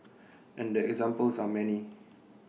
and the examples are many